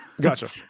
gotcha